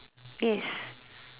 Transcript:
yes